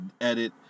edit